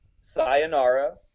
Sayonara